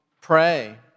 pray